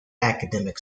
academic